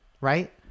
Right